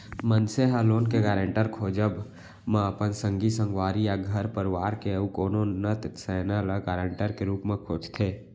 मनसे ह लोन के गारेंटर खोजब म अपन संगी संगवारी या घर परवार के अउ कोनो नत सैना ल गारंटर के रुप म खोजथे